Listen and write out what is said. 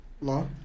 law